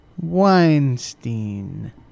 Weinstein